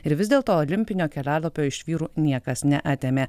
ir vis dėl to olimpinio kelialapio iš vyrų niekas neatėmė